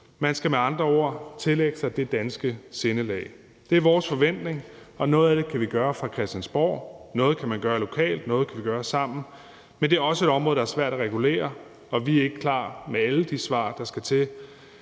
Man skal med andre ord tillægge sig det danske sindelag. Det er vores forventning, og noget af det kan vi gøre fra Christiansborg, noget kan man gøre lokalt, og noget kan vi gøre sammen, men det er også et område, der er svært at regulere, og vi er ikke klar med alle de svar, der skal til.